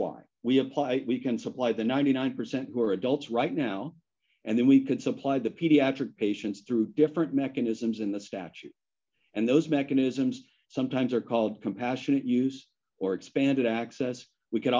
apply we can supply the ninety nine percent who are adults right now and then we could supply the pediatric patients through different mechanisms in the statute and those mechanisms sometimes are called compassionate use or expanded access we c